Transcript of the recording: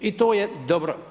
I to je dobro.